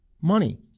money